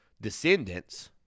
descendants